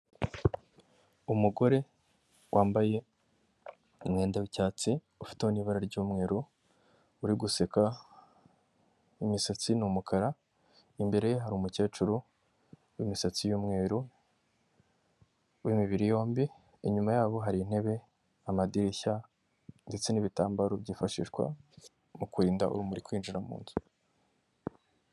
Umugore wambaye umwenda w'icyatsi ufite n'ibara ry'umweru, uri guseka ,imisatsi n'umukara, imbere ye hari umukecuru w'imisatsi y'umweru w'imibiri yombi ,inyuma yabo hari intebe, amadirishya ndetse n'ibitambaro byifashishwa mu kurinda urumuri kwinjira mu nzu.